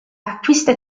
acquista